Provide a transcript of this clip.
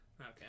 Okay